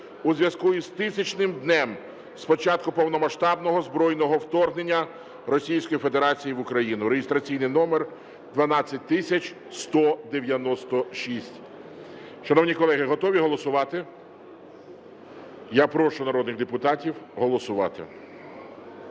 у зв'язку із 1000-м днем з початку повномасштабного збройного вторгнення російської федерації в Україну (реєстраційний номер 12196). Шановні колеги, готові голосувати? Я прошу народних депутатів голосувати.